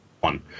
one